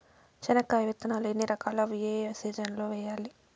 చెనక్కాయ విత్తనాలు ఎన్ని రకాలు? అవి ఏ ఏ సీజన్లలో వేయాలి?